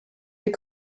des